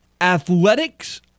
Athletics